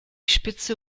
spitze